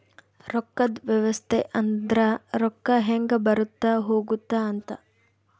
ರೊಕ್ಕದ್ ವ್ಯವಸ್ತೆ ಅಂದ್ರ ರೊಕ್ಕ ಹೆಂಗ ಬರುತ್ತ ಹೋಗುತ್ತ ಅಂತ